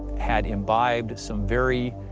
had imbibed some very,